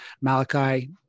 Malachi